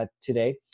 today